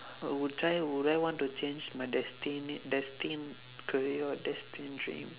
I would try out would I want to change my destined destined career or destined dream